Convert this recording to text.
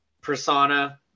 persona